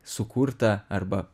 sukurtą arba